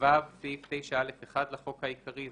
(ו)סעיף 9א1 לחוק העיקרי,